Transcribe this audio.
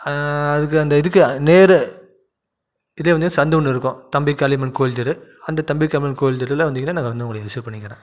அதுக்கு அந்த இதுக்கு நேர் இதே வந்து சந்து ஒன்று இருக்கும் தம்பி காளியம்மன் கோயில் தெரு அந்தத் தம்பி காளியம்மன் தெருவில் வந்திங்கனால் நான் வந்து உங்களை ரிசீவ் பண்ணிக்கிறேன்